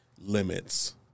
limits